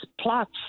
plots